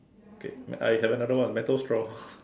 okay I have another one metal straw